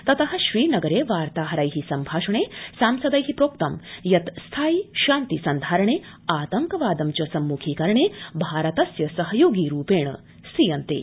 तत श्रीनगरे वार्ताहैै सम्भाषणे सांसदै प्रोक्तं यत् स्थायि शान्ति सन्धारणे आतंकवादं च सम्मुखीकरणे भारतस्य सहयोगी रूपेण स्थीयन्ते